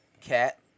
Cat